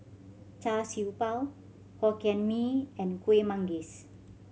Char Siew Bao Hokkien Mee and Kueh Manggis